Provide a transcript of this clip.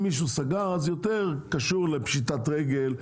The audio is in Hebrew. אם מישהו סגר זה יותר קשור לפשיטת רגל,